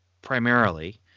Primarily